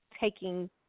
taking